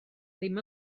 ddim